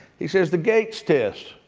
he says, the gates test,